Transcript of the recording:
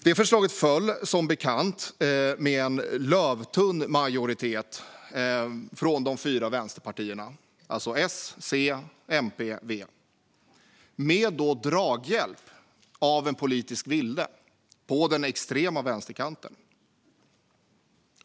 Det förslaget föll som bekant med en lövtunn majoritet från de fyra vänsterpartierna - S, C, MP och V - med draghjälp av en politisk vilde på den extrema vänsterkanten.